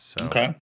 Okay